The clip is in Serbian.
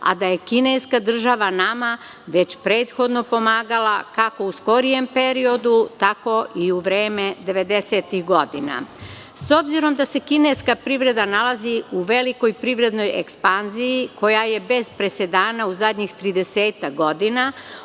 a da je kineska država nama već prethodno pomagala kako u skorijem periodu, tako i u vreme devedesetih godina.S obzirom da se kineska privreda nalazi u velikoj privrednoj ekspanziji, koja je bez presedana u zadnjih tridesetak godina,